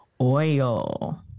oil